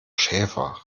schäfer